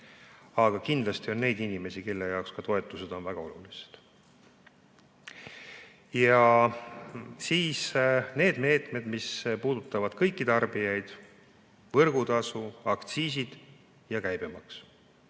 Aga kindlasti on neid inimesi, kelle jaoks toetused on väga olulised. Ja siis on need meetmed, mis puudutavad kõiki tarbijaid: võrgutasu, aktsiisid ja käibemaks.